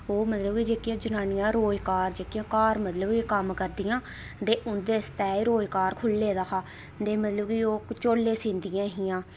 ओह् मतलब कि जेह्कियां जनानियां रोज़गार जेह्कियां घर कम्म करदियां ते उं'दे आस्तै एह् रोज़गार खु'ल्ले दा हा ते मतलब कि ओह् झोले सींदियां हियां